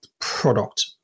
product